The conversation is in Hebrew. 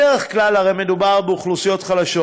בדרך כלל הרי מדובר באוכלוסיות חלשות